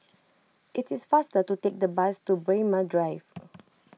it is faster to take the bus to Braemar Drive